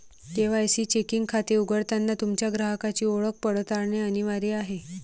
KYC checking खाते उघडताना तुमच्या ग्राहकाची ओळख पडताळणे अनिवार्य आहे